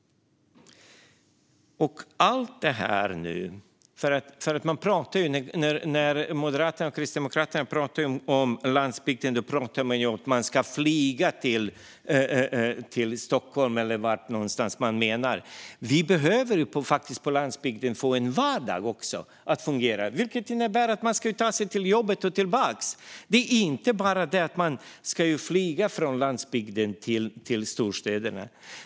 När Moderaterna och Kristdemokraterna talar om landsbygden talar de om att man ska flyga till Stockholm, eller vart de nu menar. Men vi behöver faktiskt också få vardagen att fungera på landsbygden, vilket innebär att man ska ta sig till jobbet och tillbaka. Det är inte bara att man ska flyga från landsbygden till storstäderna.